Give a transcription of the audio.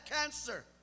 cancer